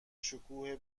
شکوه